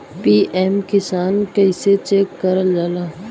PM Kisan कइसे check करल जाला?